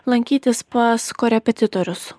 lankytis pas korepetitorius